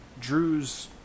Drew's